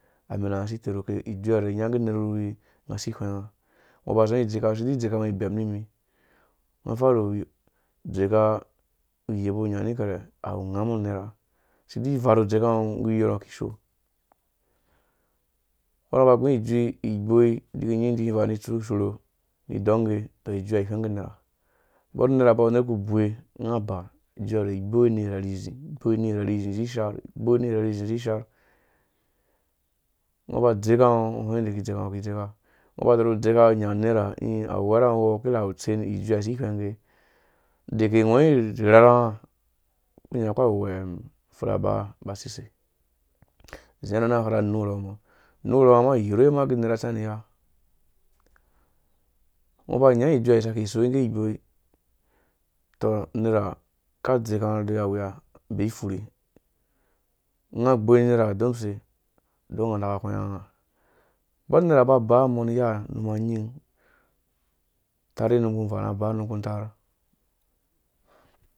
Amɛnanga si terhuke ijui ha nɛ̃ inya ngge nerh wurhuwi ka si hwenga ngɔ ba zi ngɔ dzeka ngɔ sidi dzeka ngɔ ibem nimi. ngɔ farhu dzeka yebu nyani kɛrɛ au ngamɔ nerha? Sidi varh dzeka ngɔ ba nggu iyorh ngɔ kishoo ama ngɔ ba ngu ijui igboi idi nyin idi vaa ni tsu shura idɔnge tɔ ijui ha hwenga nerha bɔrh nerha ba wu unerh ku buwa ijui ha igboi ni rerhi zizi sharh igboi ni rehre zi zi sharh ngo ba dzeka ngɔ ki dzeka ngo hweng yede ki dzeka ngɔ nya i nerh awu uwerha ngo uwɔ ko awu tsen ijui ha si hwenga deke ngɔ wu rharha nga kpu nya nga ka weng furha ba ba sise ba nurho mo yirhe ma ge nerha tsi niya ngɔ ba nya ijui ha sake si ngge gboi to nerha ka dzeka i awiya bei furhi nga gboi nerha on use? On nga naka hwenga nga bɔrh nerha ba ba mɔ ni yaha numa nyin tarhe num kpu vaa na ba numkpu ntar.